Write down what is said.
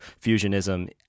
fusionism